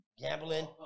Gambling